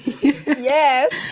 Yes